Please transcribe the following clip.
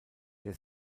der